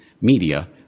media